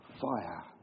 fire